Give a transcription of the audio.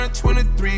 23